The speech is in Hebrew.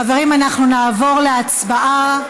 חברים, אנחנו נעבור להצבעה.